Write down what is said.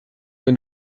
wenn